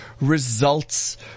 results